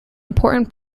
important